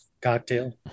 cocktail